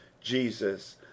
Jesus